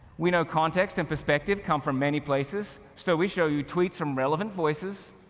we know context and perspective come from many places, so we show you tweets from relevant voices,